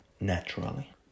naturally